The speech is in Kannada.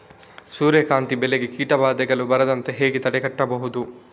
ಸೂರ್ಯಕಾಂತಿ ಬೆಳೆಗೆ ಕೀಟಬಾಧೆಗಳು ಬಾರದಂತೆ ಹೇಗೆ ತಡೆಗಟ್ಟುವುದು?